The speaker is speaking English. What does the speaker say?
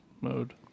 Mode